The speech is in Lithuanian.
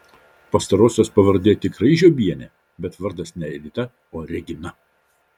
pastarosios pavardė tikrai žiobienė bet vardas ne edita o regina